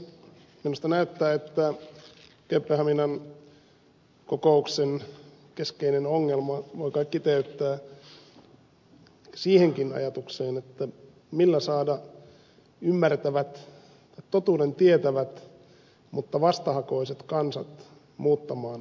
minusta näyttää että kööpenhaminan kokouksen keskeisen ongelman voi kai kiteyttää siihenkin ajatukseen millä saada ymmärtävät totuuden tietävät mutta vastahakoiset kansat muuttamaan käyttäytymistään